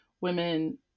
women